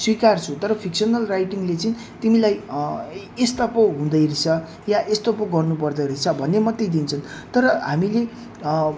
स्विकार्छु तर फिक्सनल राइटिङले चाहिँ तिमीलाई यस्तो पो हुँदै रहेछ या यस्तो पो गर्नु पर्दो रहेछ भन्ने मात्रै दिन्छन् तर हामीले